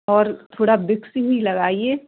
और थोड़ा विस्क्स भी लगाइए